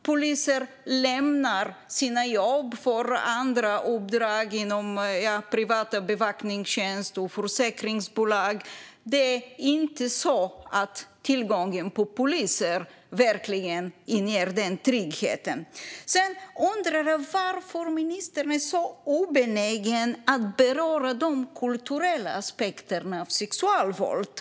Poliser lämnar sina jobb för andra uppdrag inom privat bevakningstjänst och försäkringsbolag. Det är inte så att tillgången på poliser verkligen inger trygghet. Jag undrar också varför ministern är så obenägen att beröra de kulturella aspekterna av sexuellt våld.